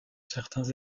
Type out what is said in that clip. certains